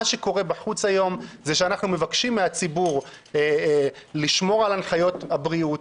מה שקורה בחוץ היום זה שאנחנו מבקשים מהציבור לשמור על הנחיות הבריאות,